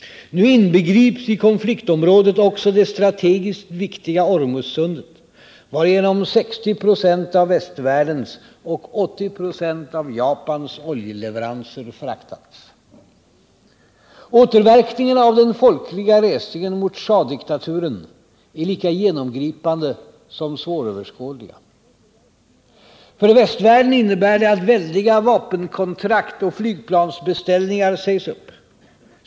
Nu inbegrips i konfliktområdet också det strategiskt viktiga Ormuzsundet, varigenom 60 96 av västvärldens och 80 96 av Japans oljeleveranser fraktats. Återverkningarna av den folkliga resningen mot schahdiktaturen är lika genomgripande som svåröverskådliga. För västvärlden innebär det att väldiga vapenkontrakt och flygplansbeställningar sägs upp.